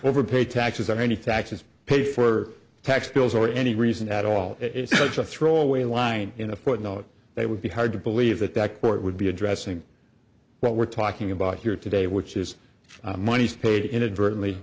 overpaid taxes or any taxes paid for tax bills or any reason at all it's such a throwaway line in a footnote that would be hard to believe that that court would be addressing what we're talking about here today which is monies paid inadvertently